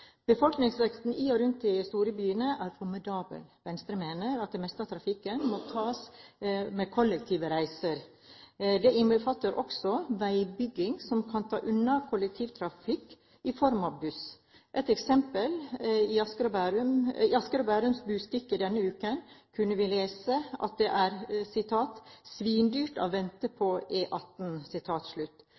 Befolkningsveksten i og rundt de store byene er formidabel. Venstre mener at det meste av trafikken må tas med kollektive reiser. Det innbefatter også veibygging som kan ta unna kollektivtrafikk i form av buss. Et eksempel: I Asker og Bærums Budstikke denne uken kunne vi lese at det er «Svinedyrt å vente på E18.» En konsulentrapport fra Pöyry viser at kø og forsinkelser for godstransport på E18 i